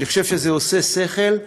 אני חושב שזה עושה שכל,